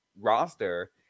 roster